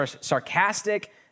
sarcastic